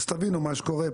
שתבינו את מה שקורה פה.